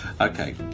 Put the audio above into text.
Okay